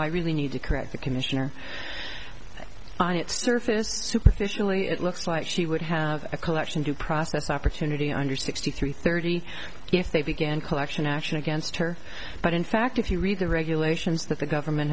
i really need to correct the commissioner on its surface superficially it looks like she would have a collection due process opportunity under sixty three thirty if they began collection action against her but in fact if you read the regulations that the government